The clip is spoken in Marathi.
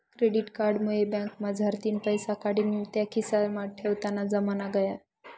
क्रेडिट कार्ड मुये बँकमझारतीन पैसा काढीन त्या खिसामा ठेवताना जमाना गया